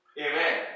Amen